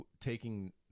taking